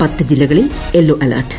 പത്ത് ജില്ലകളിൽ yellow alert